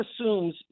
assumes